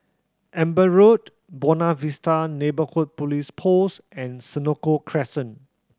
Amber Road Buona Vista Neighbourhood Police Post and Senoko Crescent